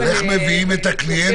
אבל איך מביאים את הקליינטים?